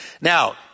Now